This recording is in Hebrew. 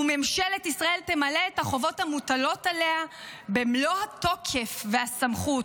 וממשלת ישראל תמלא את החובות המוטלות עליה במלוא התוקף והסמכות: